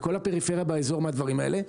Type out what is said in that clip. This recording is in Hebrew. וכל הפריפריה באזור נהנית מהדברים האלה.